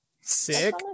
sick